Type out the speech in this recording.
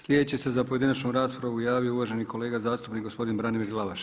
Slijedeći se za pojedinačnu raspravu javio uvaženi kolega zastupnik gospodin Branimir Glavaš.